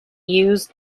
used